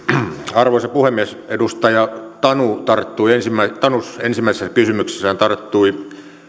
arvoisa puhemies edustaja tanus tarttui ensimmäisessä kysymyksessään